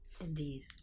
Indeed